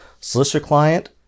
Solicitor-client